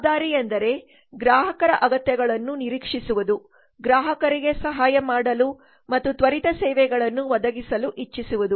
ಜವಾಬ್ದಾರಿ ಎಂದರೆ ಗ್ರಾಹಕರ ಅಗತ್ಯಗಳನ್ನು ನಿರೀಕ್ಷಿಸುವುದು ಗ್ರಾಹಕರಿಗೆ ಸಹಾಯ ಮಾಡಲು ಮತ್ತು ತ್ವರಿತ ಸೇವೆಗಳನ್ನು ಒದಗಿಸಲು ಇಚ್ಚಿಸುವುದು